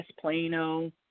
Plano